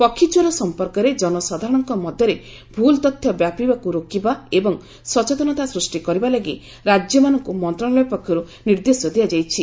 ପକ୍ଷୀକ୍ୱର ସମ୍ପର୍କରେ ଜନସାଧାରଣଙ୍କ ମଧ୍ୟରେ ଭୁଲ୍ ତଥ୍ୟ ବ୍ୟାପିବାକୁ ରୋକିବା ଏବଂ ସଚେତନତା ସୃଷ୍ଟି କରିବା ଲାଗି ରାଜ୍ୟମାନଙ୍କୁ ମନ୍ତ୍ରଣାଳୟ ପକ୍ଷରୁ ନିର୍ଦ୍ଦେଶ ଦିଆଯାଇଛି